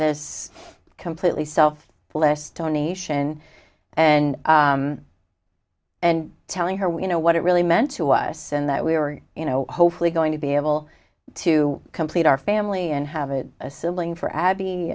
this completely self blessed donation and and telling her you know what it really meant to us and that we were you know hopefully going to be able to complete our family and have a sibling for abb